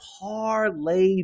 parlay